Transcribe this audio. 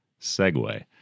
segue